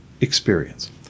experience